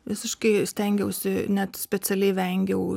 visiškai stengiausi net specialiai vengiau